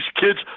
kids